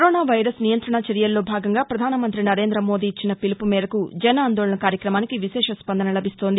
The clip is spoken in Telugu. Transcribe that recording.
కరోనా వైరస్ నియంతణ చర్యల్లో భాగంగా ప్రధానమంతి నరేందమోదీ ఇచ్చిన పిలుపుమేరకు జన్ అందోళన్ కార్యక్రమానికి విశేష స్పందన లభిస్తోంది